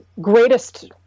greatest